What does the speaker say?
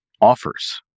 offers